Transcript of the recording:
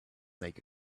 make